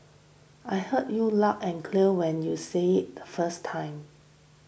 I heard you loud and clear when you said the first time